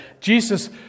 Jesus